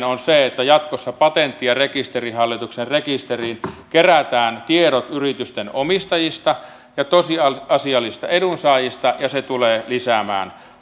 on se että jatkossa patentti ja rekisterihallituksen rekisteriin kerätään tiedot yritysten omistajista ja tosiasiallisista edunsaajista ja se tulee lisäämään